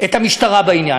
את המשטרה בעניין,